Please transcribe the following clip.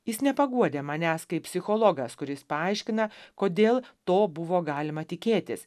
jis nepaguodė manęs kaip psichologas kuris paaiškina kodėl to buvo galima tikėtis